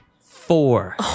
Four